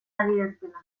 adierazpena